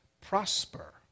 prosper